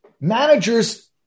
managers